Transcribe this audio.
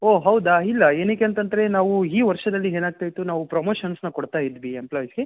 ಓ ಹೌದಾ ಇಲ್ಲ ಏನಕ್ಕೆ ಅಂತಂದ್ರೆ ನಾವು ಈ ವರ್ಷದಲ್ಲಿ ಏನಾಗ್ತೈತೆ ನಾವು ಪ್ರಮೋಷನ್ಸ್ನ ಕೊಡ್ತಾಯಿದ್ವಿ ಎಂಪ್ಲಾಯ್ಸ್ಗೆ